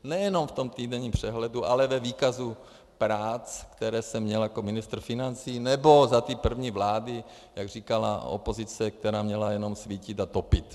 Nejenom v týdenním přehledu, ale ve výkazu práce, které jsem měl jako ministr financí, nebo za první vlády, jak říkala opozice, která měla jenom svítit a topit.